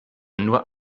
nur